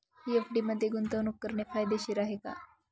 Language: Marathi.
एफ.डी मध्ये गुंतवणूक करणे फायदेशीर आहे का?